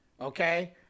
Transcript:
okay